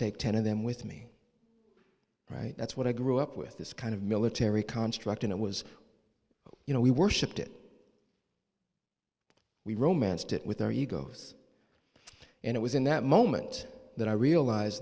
take ten of them with me right that's what i grew up with this kind of military construct and it was you know we worshiped it we romanced it with our egos and it was in that moment that i realize